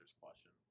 question